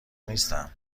نیستم